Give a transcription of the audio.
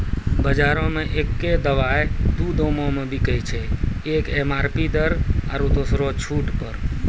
बजारो मे एक्कै दवाइ दू दामो मे बिकैय छै, एक एम.आर.पी दर आरु दोसरो छूट पर